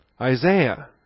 Isaiah